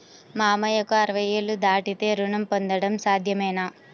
మామయ్యకు అరవై ఏళ్లు దాటితే రుణం పొందడం సాధ్యమేనా?